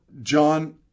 john